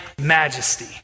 majesty